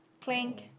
Clink